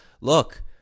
look